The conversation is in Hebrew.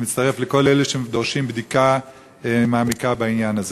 מצטרף לכל אלה שדורשים בדיקה מעמיקה בעניין הזה.